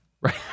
Right